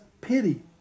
pity